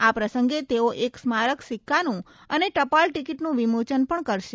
આ પ્રસંગે તેઓ એક સ્મારક સીકકાનું અને ટપાલ ટીકીટનું વિમોચન પણ કરશે